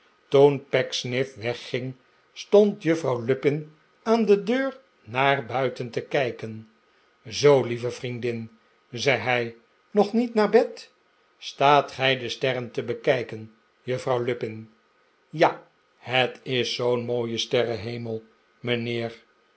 wegging stond juffrouw lupin aan de deur naar buiten te kijken zoo lieve vriendin zei hij nog niet naar bed staat gij de sterren te bekijken juffrouw lupin ja het is zoo'n mooie sterrenhemel